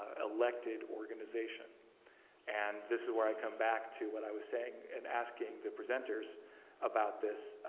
ah elected organization and this is where i come back to what i was saying and asking the presenters about this